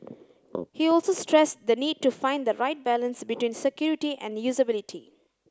he also stressed the need to find the right balance between security and usability